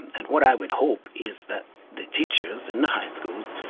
and what i would hope is that the teachers in the high schools,